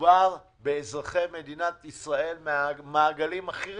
מדובר באזרחי מדינת ישראל מהמעגלים הכי